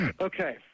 Okay